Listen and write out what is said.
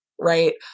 right